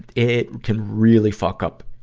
it can really fuck up,